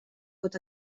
pot